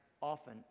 often